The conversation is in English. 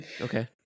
Okay